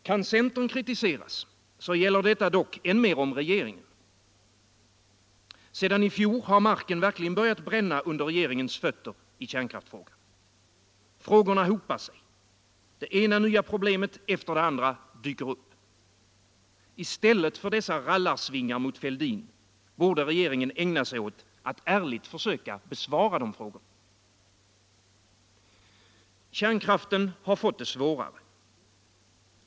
Kan centern kritiseras, gäller detta dock än mer om regeringen. Sedan i fjor har marken verkligen börjat bränna under regeringens fötter i kärnkraftsfrågan. Frågorna hopar sig. Det ena problemet efter det andra dyker upp. I stället för dessa rallarsvingar mot Fälldin borde regeringen ägna sig åt att ärligt försöka besvara frågorna. Kärnkraften har fått det svårare.